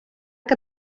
que